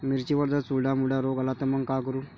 मिर्चीवर जर चुर्डा मुर्डा रोग आला त मंग का करू?